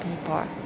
people